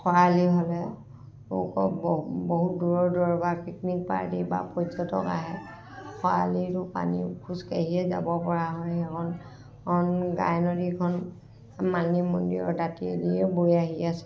খৰালি হ'লে ওখ বহু দূৰৰ দূৰৰ পৰা পিকনিক পাৰ্টি বা পৰ্যটক আহে খৰালিতো পানী খোজকাঢ়িয়ে যাব পৰা হয় এইখন গাইনদীখন মালিনী মন্দিৰৰ দাঁতিয়েদিয়েই বৈ আহি আছে